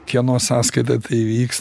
kieno sąskaita įvyks